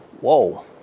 Whoa